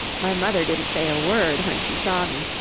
my mother didn't say a word when she saw me,